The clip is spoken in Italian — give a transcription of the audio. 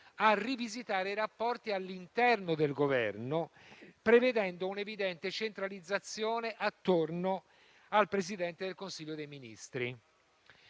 a rivisitare i rapporti all'interno del Governo, prevedendo un'evidente centralizzazione attorno al Presidente del Consiglio dei ministri.